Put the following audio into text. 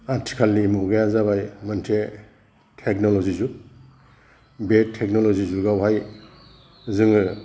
आथिखालनि मुगाया जाबाय मोनसे थेकन'लजि जुग बे थेकन'लजि जुगावहाय जोङो